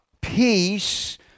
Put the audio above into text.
Peace